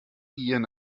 ian